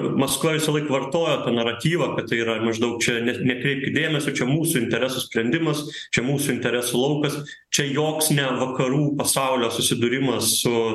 maskva visąlaik vartoja tą naratyvą kad tai yra maždaug čia ne nekreipkit dėmesio čia mūsų interesų sprendimas čia mūsų interesų laukas čia joks ne vakarų pasaulio susidūrimas su